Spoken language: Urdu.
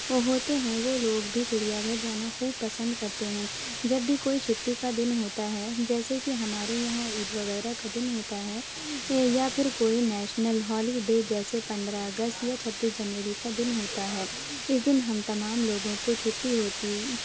ہوتے ہیں وہ لوگ بھی چڑیا گھر جانا خوب پسند کرتے ہیں جب بھی کوئی چھٹی کا دن ہوتا ہے جیسے کہ ہمارے یہاں عید وغیرہ کا دن ہوتا ہے یا پھر کوئی نیشنل ہالی ڈے جیسے پندرہ اگست یا چھبیس جنوری کا دن ہوتا ہے اس دن ہم تمام لوگوں کو چھٹی ہوتی